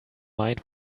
mind